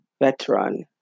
veteran